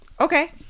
Okay